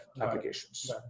applications